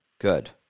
Good